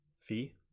Fee